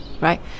right